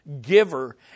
giver